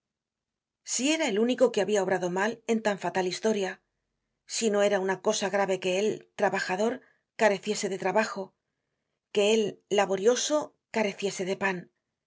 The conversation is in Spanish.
si era el único que habia obrado mal en tan fatal historia si no era una cosa grave que él trabajador careciese de trabajo que él laborioso careciese de pan